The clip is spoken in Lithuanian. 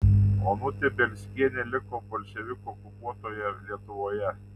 onutė bielskienė liko bolševikų okupuotoje lietuvoje